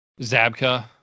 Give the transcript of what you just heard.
Zabka